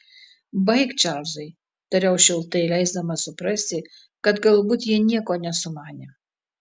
baik čarlzai tariau šiltai leisdamas suprasti kad galbūt jie nieko nesumanė